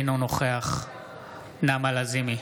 אינו נוכח נעמה לזימי,